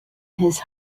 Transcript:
his